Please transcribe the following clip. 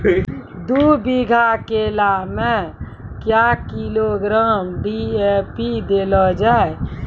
दू बीघा केला मैं क्या किलोग्राम डी.ए.पी देले जाय?